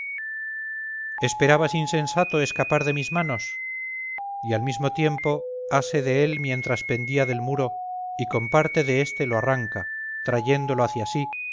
términos esperabas insensato escapar de mis manos y al mismo tiempo ase de él mientras pendía del muro y con parte de este lo arranca trayéndolo hacia sí